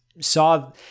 saw